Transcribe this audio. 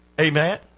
Amen